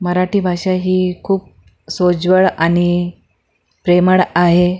मराठी भाषा ही खूप सोज्वळ आणि प्रेमळ आहे